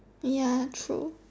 ya true